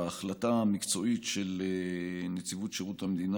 ההחלטה המקצועית של נציבות שירות המדינה